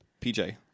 PJ